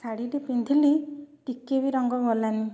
ଶାଢ଼ୀ ପିନ୍ଧିଲି ଟିକେ ବି ରଙ୍ଗ ଗଲାନି